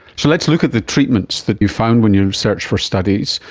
so let's look at the treatments that you found when you searched for studies,